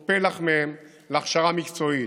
או פלח מהם, להכשרה מקצועית.